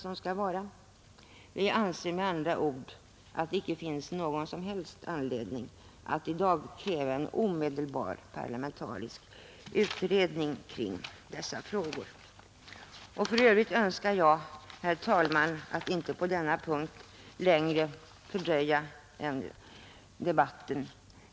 Jag anser därför att det icke finns något som helst skäl för att i dag kräva en omedelbar parlamentarisk utredning kring dessa frågor. För övrigt önskar jag, herr talman, inte förlänga debatten på denna punkt.